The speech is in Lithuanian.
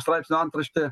straipsnio antraštė